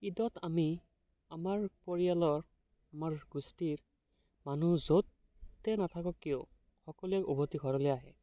ঈদত আমি আমাৰ পৰিয়ালৰ আমাৰ গোষ্ঠীৰ মানুহ য'তে নাথাকক কিয় সকলোৱে উভতি ঘৰলৈ আহে